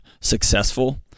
successful